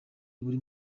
buri